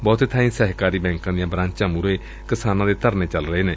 ਬਹੁਤੇ ਥਾਈਂ ਸਹਿਕਾਰੀ ਬੈਂਕਾਂ ਦੀਆਂ ਬਰਾਂਚਾਂ ਮੂਹਰੇ ਕਿਸਾਨਾਂ ਦੇ ਧਰਨੇ ਚੱਲ ਰਹੇ ਨੇ